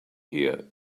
here